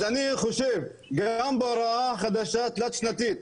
אז אני חושב גם בהוראה החדשה התלת שנתית,